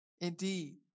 Indeed